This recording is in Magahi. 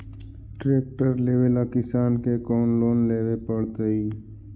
ट्रेक्टर लेवेला किसान के कौन लोन लेवे पड़तई?